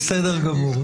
בסדר גמור.